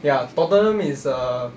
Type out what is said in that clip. ya tottenham is a